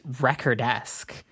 record-esque